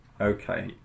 okay